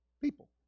people